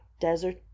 desert